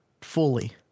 fully